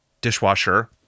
Dishwasher